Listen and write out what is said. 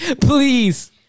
please